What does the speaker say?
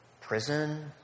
prison